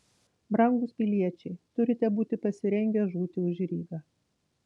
brangūs piliečiai turite būti pasirengę žūti už rygą